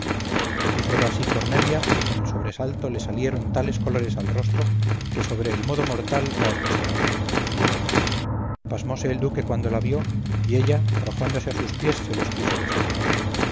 duque hízolo así cornelia y con el sobresalto le salieron tales colores al rostro que sobre el modo mortal la hermosearon pasmóse el duque cuando la vio y ella arrojándose a sus pies se los quiso besar